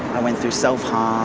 i went through self-harm, ah